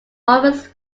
offers